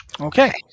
Okay